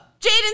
Jaden